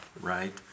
right